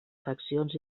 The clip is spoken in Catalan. faccions